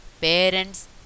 parents